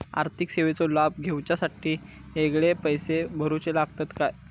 आर्थिक सेवेंचो लाभ घेवच्यासाठी वेगळे पैसे भरुचे लागतत काय?